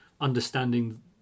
understanding